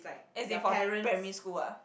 as in for primary school ah